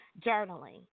journaling